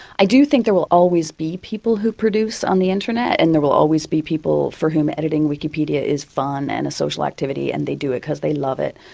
i do think there will always be people who produce on the internet and there will always be people for whom editing wikipedia is fun and a social activity and they do it because they love it.